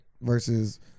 versus